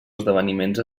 esdeveniments